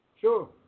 Sure